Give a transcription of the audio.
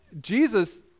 Jesus